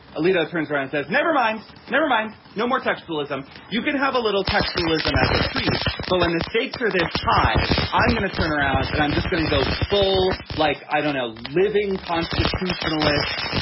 alito turns around, says, never mind. never mind. no more textualism. you can have a little textualism as a treat. but when the stakes are this high, i'm going to turn around and i'm just going to go full like, i don't know, a living constitutionalist.